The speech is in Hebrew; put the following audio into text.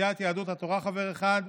סיעת יהדות התורה, חבר אחד,